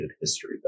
history